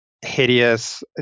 hideous